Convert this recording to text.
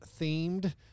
themed